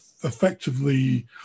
effectively